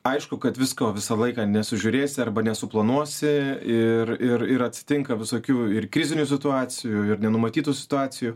aišku kad visko visą laiką nesužiūrėsi arba nesuplanuosi ir ir ir atsitinka visokių ir krizinių situacijų ir nenumatytų situacijų